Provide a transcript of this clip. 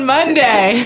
Monday